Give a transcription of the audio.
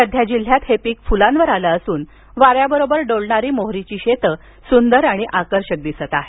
सध्या जिल्ह्यात हे पीक फुलांवर आलं असून वाऱ्याबरोबर डोलणारी मोहरीची शेती सुंदर आणि आकर्षक दिसत आहे